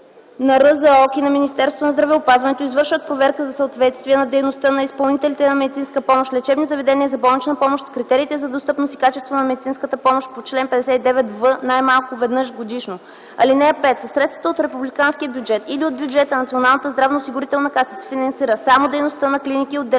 на РЗОК и на Министерството на здравеопазването извършват проверка за съответствие на дейността на изпълнителите на медицинска помощ - лечебни заведения за болнична помощ с критериите за достъпност и качество на медицинската помощ по чл. 59в най-малко веднъж годишно. (5) Със средства от републиканския бюджет или от бюджета на Националната здравноосигурителна каса се финансира само дейността на клиники и отделения